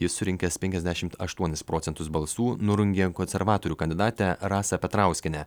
jis surinkęs penkiasdešimt aštuonis procentus balsų nurungė konservatorių kandidatę rasą petrauskienę